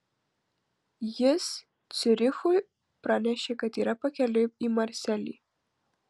jis ciurichui pranešė kad yra pakeliui į marselį